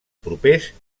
propers